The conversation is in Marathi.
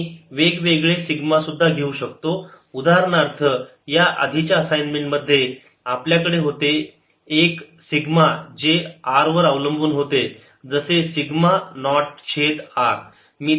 मी वेगवेगळे सिग्मा सुद्धा घेऊ शकतो उदाहरणार्थ या आधीच्या असाइनमेंट मध्ये आपल्याकडे होते एक सिग्मा जे r वर अवलंबून होते जसे सिग्मा नॉट छेद r